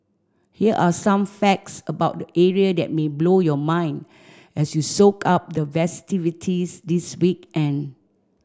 here are some facts about the area that may blow your mind as you soak up the festivities this weekend